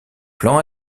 plan